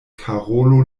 karolo